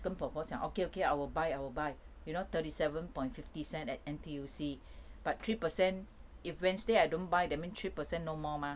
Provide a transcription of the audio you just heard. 跟婆婆讲 okay okay I will buy I will you know thirty seven point fifty cent at N_T_U_C but three percent if wednesday I don't buy that mean three percent no more mah